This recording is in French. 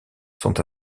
sont